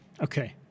Okay